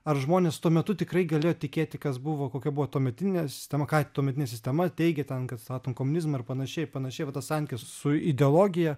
ar žmonės tuo metu tikrai galėjo tikėti kas buvo kokia buvo tuometinė sistema ką tuometinė sistema teigė ten kad statom komunizmą ir panašiai ir panašiai va tas santykis su ideologija